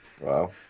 Wow